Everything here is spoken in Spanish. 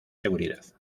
seguridad